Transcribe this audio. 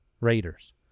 Raiders